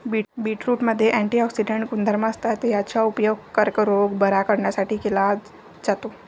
बीटरूटमध्ये अँटिऑक्सिडेंट गुणधर्म असतात, याचा उपयोग कर्करोग बरा करण्यासाठी केला जातो